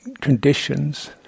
conditions